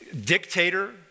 dictator